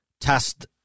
test